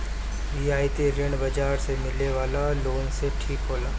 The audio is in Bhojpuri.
रियायती ऋण बाजार से मिले वाला लोन से ठीक होला